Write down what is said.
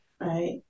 Right